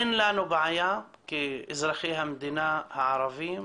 אין לנו בעיה כאזרחי המדינה הערבים,